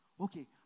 Okay